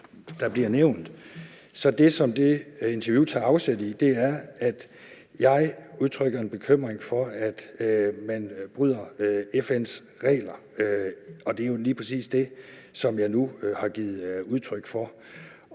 det, som det interview tager afsæt i, er, at jeg udtrykker en bekymring for, at man bryder FN's regler, og det er jo lige præcis det, som jeg nu har givet udtryk for.